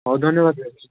ହଉ ଧନ୍ୟବାଦ ଭାଇ